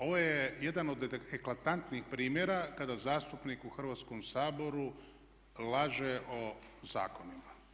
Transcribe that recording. Ovo je jedan od eklatantnih primjera kada zastupnik u Hrvatskom saboru laže o zakonima.